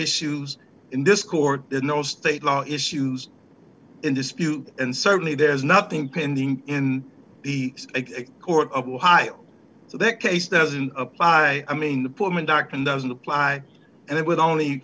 issues in this court there are no state law issues in dispute and certainly there's nothing pending in the court of ohio so that case doesn't apply i mean the pullman dark and doesn't apply and it would